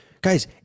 guys